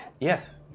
Yes